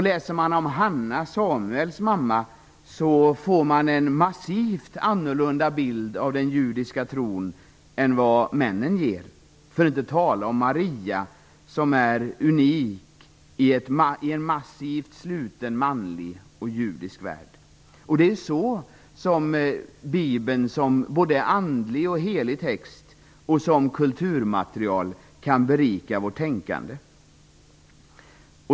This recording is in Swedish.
Läser man om Hanna, Samuels mamma, får man en massivt annorlunda bild av den judiska tron än vad männen ger, för att inte tala om Maria som är unik i en massivt sluten, manlig och judisk värld. Det är så Bibeln, såväl som andlig och helig text och som kulturmaterial, kan berika vårt tänkande.